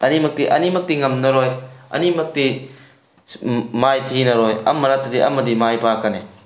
ꯑꯅꯤꯃꯛꯇꯤ ꯑꯅꯤꯃꯛꯇꯤ ꯉꯝꯅꯔꯣꯏ ꯑꯅꯤꯃꯛꯇꯤ ꯃꯥꯏꯊꯤꯅꯔꯣꯏ ꯑꯃ ꯅꯠꯇꯔꯒ ꯑꯃꯗꯤ ꯃꯥꯏ ꯄꯥꯛꯀꯅꯤ